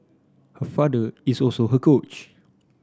her father is also her coach